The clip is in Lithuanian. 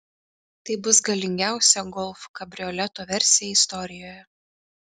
tai bus galingiausia golf kabrioleto versija istorijoje